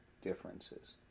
differences